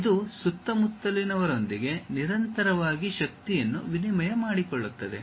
ಇದು ಸುತ್ತಮುತ್ತಲಿನವರೊಂದಿಗೆ ನಿರಂತರವಾಗಿ ಶಕ್ತಿಯನ್ನು ವಿನಿಮಯ ಮಾಡಿಕೊಳ್ಳುತ್ತದೆ